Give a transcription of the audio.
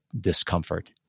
discomfort